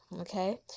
okay